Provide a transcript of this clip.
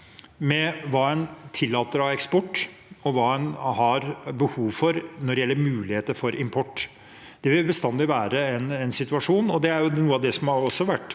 mellom hva en tillater av eksport, og hva en har behov for når det gjelder muligheter for import. Det vil bestandig være en situasjon, og det er jo noe av det som har vært